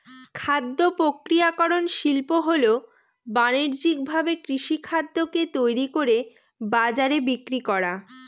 খাদ্য প্রক্রিয়াকরন শিল্প হল বানিজ্যিকভাবে কৃষিখাদ্যকে তৈরি করে বাজারে বিক্রি করা